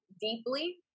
deeply